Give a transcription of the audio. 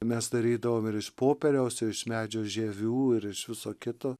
mes darydavom ir iš popieriaus iš medžio žievių ir iš viso kito